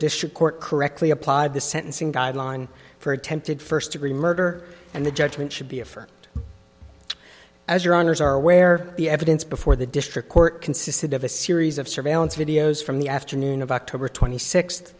district court correctly applied the sentencing guideline for attempted first degree murder and the judgment should be a for as your honors are where the evidence before the district court consisted of a series of surveillance videos from the afternoon of october twenty six